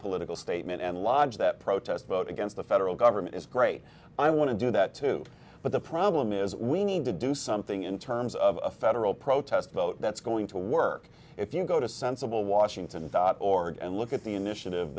political statement and lodge that protest vote against the federal government is great i want to do that too but the problem is we need to do something in terms of a federal protest vote that's going to work if you go to sensible washington org and look at the initiative